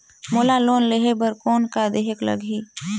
मोला लोन लेहे बर कौन का देहेक लगही?